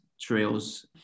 trails